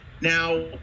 Now